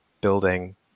building